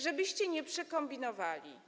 Żebyście nie przekombinowali.